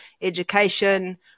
education